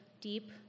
deep